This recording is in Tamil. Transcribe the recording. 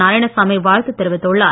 நாராயணசாமி வாழ்த்து தெரிவித்துள்ளார்